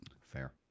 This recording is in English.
Fair